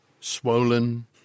swollen